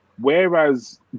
Whereas